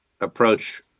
approach